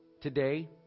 today